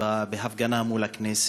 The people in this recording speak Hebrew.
דב חנין,